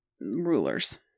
rulers